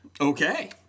Okay